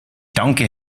danke